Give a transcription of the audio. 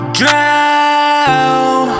drown